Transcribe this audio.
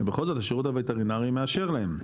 ובכל זאת השירות הווטרינרי מאשר להם?